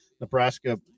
Nebraska